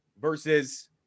versus